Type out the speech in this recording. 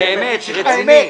באמת, זה רציני.